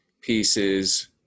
pieces